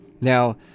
Now